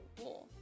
war